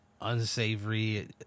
unsavory